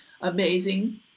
amazing